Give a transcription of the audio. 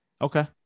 okay